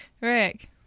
Rick